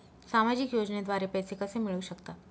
सामाजिक योजनेद्वारे पैसे कसे मिळू शकतात?